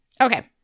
Okay